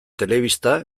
telebista